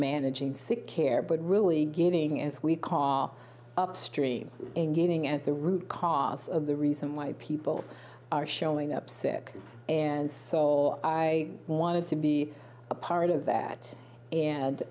managing sick care but really gaining as we call upstream and getting at the root cause of the reason why people are showing up sick and so i wanted to be a part of that and